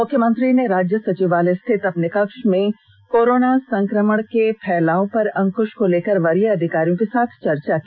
मुख्यमंत्री ने राज्य सचिवालय स्थित अपने कक्ष में कोरोना संकमण के फैलाव पर पर अंकृष को लेकर वरीय अधिकारियों के साथ चर्चा की